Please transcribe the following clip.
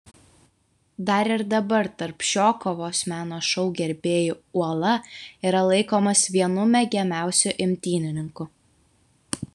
dar ir dabar tarp šio kovos meno šou gerbėjų uola yra laikomas vienu mėgiamiausiu imtynininku